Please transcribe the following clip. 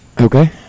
Okay